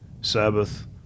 Sabbath